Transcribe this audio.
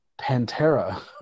Pantera